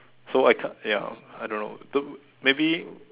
so I kind ya I don't know don't maybe